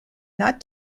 not